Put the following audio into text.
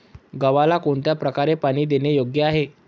गव्हाला कोणत्या प्रकारे पाणी देणे योग्य आहे?